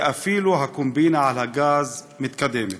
ואפילו הקומבינה על הגז מתקדמת.